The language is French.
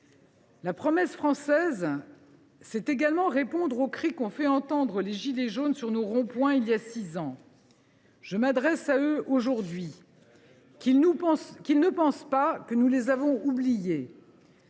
La promesse française, c’est également répondre au cri qu’ont fait entendre les “gilets jaunes” sur nos ronds points il y a six ans. Je m’adresse à eux aujourd’hui. Ils ne doivent pas penser que nous les avons oubliés